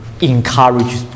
encourage